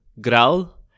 growl